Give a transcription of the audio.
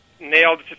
nailed